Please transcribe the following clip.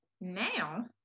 now